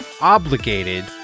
obligated